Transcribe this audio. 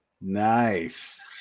Nice